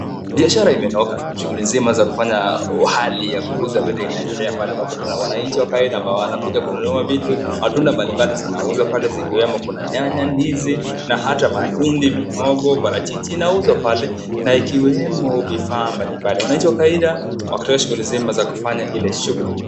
Biashara imenoga. Shughuli nzima ya kufanya hali inaendelea pale ambapo kuna wananchi wa kawaida ambao wanakuja kununua vitu. Matunda mbalimbali zinauzwa palezikiwemo kuna nyanya, ndizi na hata mahindi, mihogo, parachichi inauzwa pale, na ikiwemo vifaa mbalimbali. Wananchi wa kawaida wako katika shughuli nzima za kufanya ile shughuli.